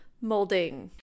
molding